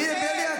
תגיד לי.